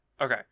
Okay